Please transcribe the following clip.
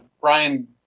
Brian